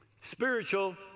spiritual